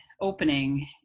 opening